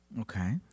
Okay